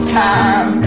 time